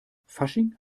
fasching